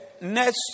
next